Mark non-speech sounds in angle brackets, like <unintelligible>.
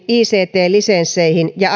ict lisenssit ja <unintelligible>